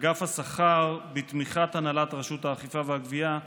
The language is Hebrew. אגף השכר, בתמיכת הנהלת רשות האכיפה והגבייה,